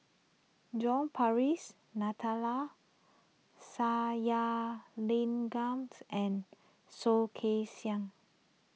John Purvis Sathyalingam and Soh Kay Siang